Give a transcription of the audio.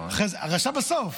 הרשע בסוף.